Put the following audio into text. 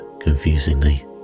confusingly